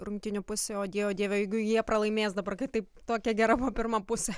rungtynių pusėj o dieve dieve jeigu jie pralaimės dabar kaip taip tokia gera buvo pirma pusė